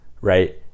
right